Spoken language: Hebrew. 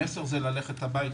המסר זה ללכת הביתה?